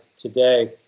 today